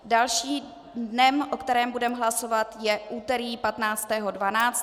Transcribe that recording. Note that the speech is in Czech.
Dalším dnem, o kterém budeme hlasovat, je úterý 15. 12.